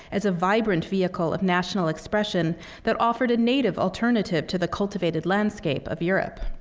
as a vibrant vehicle of national expression that offered a native alternative to the cultivated landscape of europe.